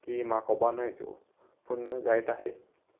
की म्हाका खबर नाय त्यो पूण जायत आसाय